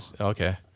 Okay